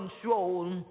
control